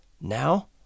now